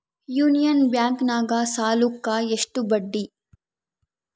Union ಬ್ಯಾಂಕಿನಾಗ ಸಾಲುಕ್ಕ ಎಷ್ಟು ಬಡ್ಡಿ?